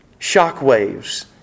shockwaves